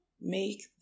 make